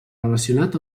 relacionat